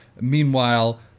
Meanwhile